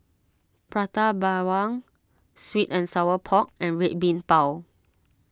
Prata Bawang Sweet and Sour Pork and Red Bean Bao